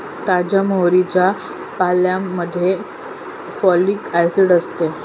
ताज्या मोहरीच्या पाल्यामध्ये फॉलिक ऍसिड असते